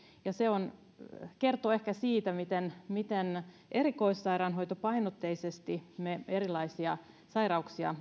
ja se kertoo ehkä siitä miten miten erikoissairaanhoitopainotteisesti me erilaisia sairauksia